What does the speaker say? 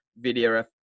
video